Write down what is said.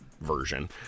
version